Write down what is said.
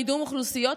קידום אוכלוסיות,